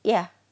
ya